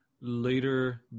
later